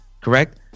Correct